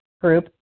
group